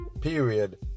period